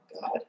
God